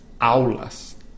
aulas